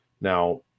now